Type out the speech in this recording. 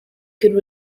could